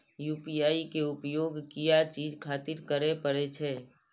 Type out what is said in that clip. UPI के उपयोग किया चीज खातिर करें परे छे?